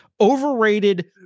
Overrated